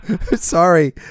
Sorry